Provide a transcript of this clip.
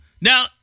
now